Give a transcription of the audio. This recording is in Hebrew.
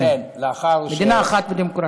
מדינה אחת ודמוקרטית.